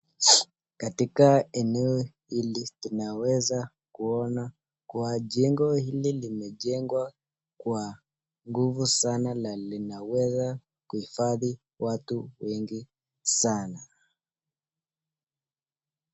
Katika eneo hili tunaweza kuona kua jengo hili limejengwa kwa nguvu sana na linaweza kuhifadhi watu wengi sana.